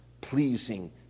pleasing